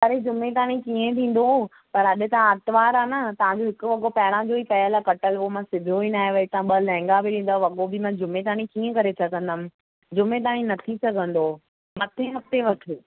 अरे जूमे ताणी किअं थींदो पर अॼ त आर्तवार आ न तांजो हिक वॻो पहिरां जो ही पयिल आहे कटल हू मां सुभियो ही न आहे वरी ॿ लेंगा बि ॾींदा वॻो बि मां जूमे ताणी किंअ करे सघंदमि जूमे ताणी न थीं सघंदो मथे हफ़्ते वठो